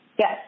Yes